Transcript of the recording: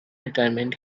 retirement